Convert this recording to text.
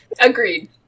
Agreed